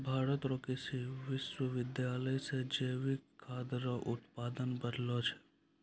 भारत रो कृषि विश्वबिद्यालय से जैविक खाद रो उत्पादन बढ़लो छै